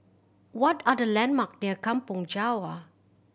what are the landmark near Kampong Java